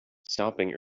stopping